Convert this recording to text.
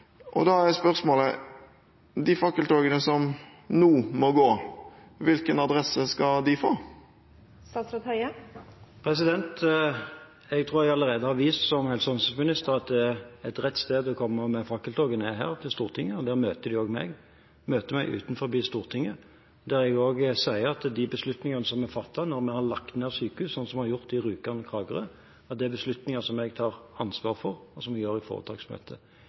og da er spørsmålet: De fakkeltogene som nå må gå, hvilken adresse skal de få? Jeg tror jeg allerede har vist som helse- og omsorgsminister at rett sted å gå i fakkeltogene til er Stortinget. Der kan en også møte meg, utenfor Stortinget, der jeg vil si at de beslutningene som er fattet, når vi har lagt ned sykehus, slik som vi har gjort i Rjukan og Kragerø, er beslutninger som jeg tar ansvar for, og som jeg gjør i foretaksmøtet.